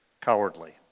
cowardly